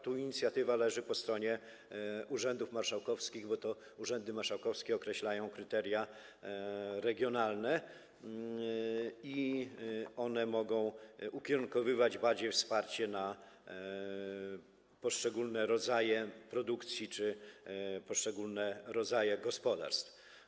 Tu inicjatywa leży po stronie urzędów marszałkowskich, bo to urzędy marszałkowskie określają kryteria regionalne i one mogą ukierunkowywać wsparcie na poszczególne rodzaje produkcji czy poszczególne rodzaje gospodarstw.